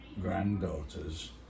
granddaughters